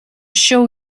show